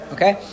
Okay